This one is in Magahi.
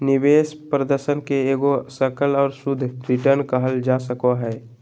निवेश प्रदर्शन के एगो सकल और शुद्ध रिटर्न कहल जा सको हय